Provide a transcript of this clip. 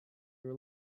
were